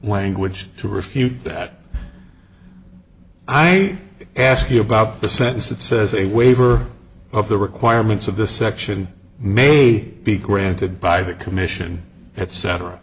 language to refute that i ask you about the sentence that says a waiver of the requirements of this section may be granted by the commission et